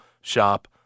shop